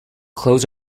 clothes